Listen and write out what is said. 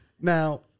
Now